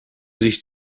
sich